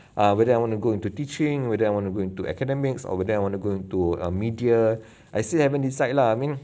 err whether I want to go into teaching whether I want to go into academics or whether I want to go into err media I still haven't decide lah I mean